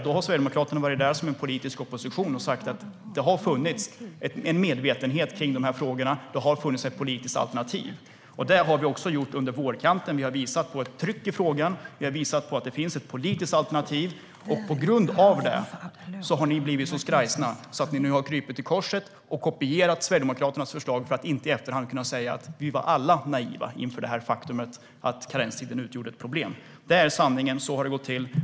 Då har Sverigedemokraterna varit där som en politisk opposition och sett till att det har funnits en medvetenhet om de här frågorna och att det har funnits ett politiskt alternativ. Det har vi också gjort under våren. Vi har visat på ett tryck i frågan. Vi har visat på att det finns ett politiskt alternativ, och på grund av det har ni blivit så skrajsna att ni nu har krupit till korset och kopierat Sverigedemokraternas förslag för att inte i efterhand kunna säga att ni var naiva inför det faktum att karenstiden utgjorde ett problem. Det är sanningen. Så har det gått till.